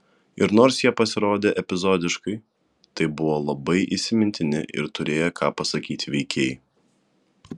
ir nors jie pasirodė epizodiškai tai buvo labai įsimintini ir turėję ką pasakyti veikėjai